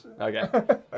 Okay